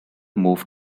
moved